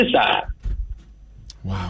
Wow